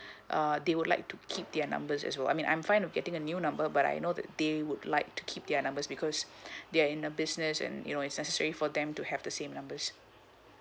uh they would like to keep their numbers as well I mean I'm fine of getting a new number but I know that they would like to keep their numbers because they're in a business and you know it's necessary for them to have the same numbers